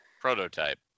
Prototype